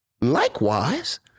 Likewise